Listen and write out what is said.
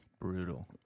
Brutal